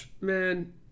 Man